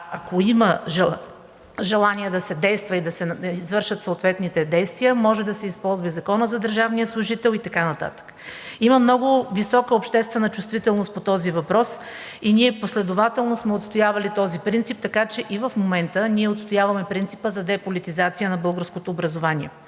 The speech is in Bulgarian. ако има желание да се действа и да се извършат съответните действия, може да се използва и Законът за държавния служител, и така нататък. Има много висока обществена чувствителност по този въпрос и ние последователно сме отстоявали този принцип. Така че и в момента ние отстояваме принципа за деполитизация на българското образование.